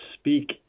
speak